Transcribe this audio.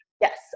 yes